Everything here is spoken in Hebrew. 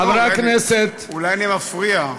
חברי הכנסת, אולי אני מפריע.